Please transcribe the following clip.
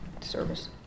service